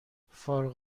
فارغ